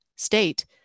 state